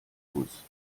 muss